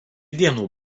dienų